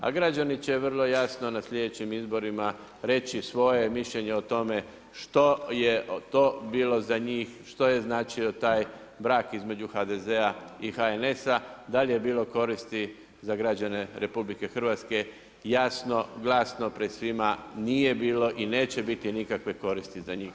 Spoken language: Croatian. A građani će vrlo jasno na sljedećim izborima reći svoje mišljenje o tome što je to bilo za njih, što je značio brak između HDZ-a i HNS-a, da li je bilo koristi za građane RH, jasno, glasno pred svima nije bilo i neće biti nikakve koristi za njih.